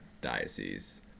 diocese